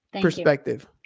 perspective